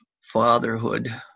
fatherhood